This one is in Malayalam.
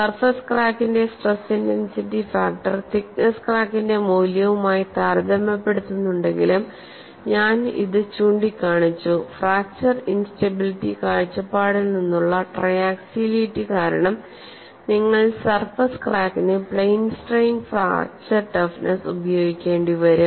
സർഫസ് ക്രാക്കിന്റെ സ്ട്രെസ് ഇന്റൻസിറ്റി ഫാക്ടർ തിക്നെസ്സ് ക്രാക്കിന്റെ മൂല്യവുമായി താരതമ്യപ്പെടുത്തുന്നുണ്ടെങ്കിലും ഞാൻ ഇത് ചൂണ്ടിക്കാണിച്ചു ഫ്രാക്ചർ ഇന്സ്റ്റബിലിറ്റി കാഴ്ചപ്പാടിൽ നിന്നുള്ള ട്രയാക്സിയാലിറ്റി കാരണം നിങ്ങൾ സർഫസ് ക്രാക്കിന് പ്ലെയിൻ സ്ട്രെയിൻ ഫ്രാക്ചർ ടഫ്നെസ്സ് ഉപയോഗിക്കേണ്ടിവരും